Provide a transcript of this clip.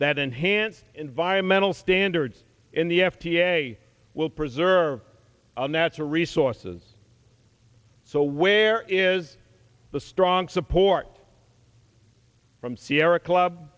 that enhanced environmental standards in the f d a will preserve our natural resources so where is the strong support from sierra club